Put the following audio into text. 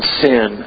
sin